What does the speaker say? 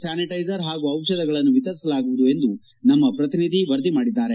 ಸ್ನಾನಿಟ್ಲೆಜರ್ ಹಾಗೂ ದಿಷಧಗಳನ್ನು ವಿತರಿಸಲಾಗುವುದು ಎಂದು ನಮ್ನ ಪ್ರತಿನಿಧಿ ವರದಿ ಮಾಡಿದ್ದಾರೆ